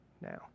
now